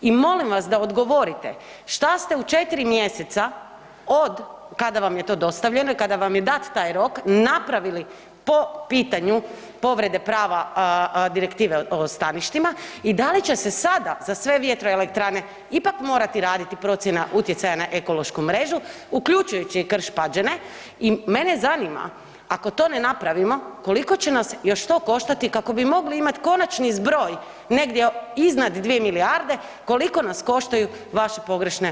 I molim vas da odgovorite, šta ste u 4. mjeseca od kada vam je to dostavljeno i kada vam je dat taj rok, napravili po pitanju povrede prava Direktive o staništima i da li će se sada za sve vjetroelektrane ipak morati raditi procjena utjecaja na ekološku mrežu uključujući i Krš-Pađene i mene zanima ako to ne napravimo koliko će nas još to koštati kako bi mogli imati konačni zbroj negdje iznad 2 milijarde, koliko nas koštaju vaše pogrešne odluke?